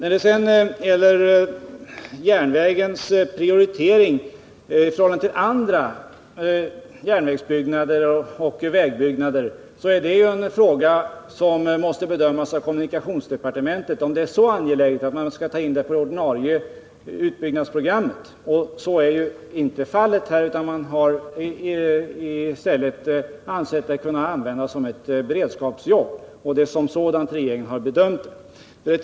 Lysekilsbanans prioritering i förhållande till andra järnvägsbyggnader och vägbyggnader är en fråga som måste bedömas av kommunikationsdepartementet, om objektet är så angeläget att man skall ta in det på det ordinarie utbyggnadsprogrammet. Så är ju inte fallet här, utan man har i stället ansett det kunna användas som ett beredskapsjobb. Det är som sådant regeringen har bedömt det.